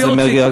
חבר הכנסת מרגי,